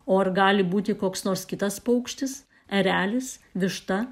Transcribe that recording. o ar gali būti koks nors kitas paukštis erelis višta